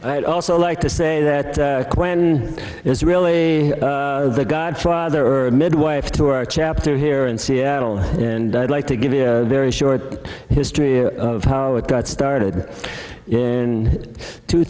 i'd also like to say that when it's really the godfather or a midwife to our chapter here in seattle and i'd like to give you a very short history of how it got started in two